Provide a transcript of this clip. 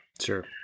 Sure